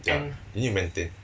ya you need to maintain